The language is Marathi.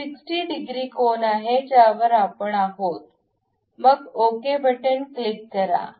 हा 60 डिग्री कोन आहे ज्यावर आपण आहोत ओके क्लिक करा